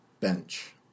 bench